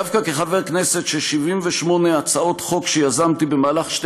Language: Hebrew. דווקא כחבר כנסת ש-78 הצעות חוק שיזמתי במהלך שתי